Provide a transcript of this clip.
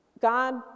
God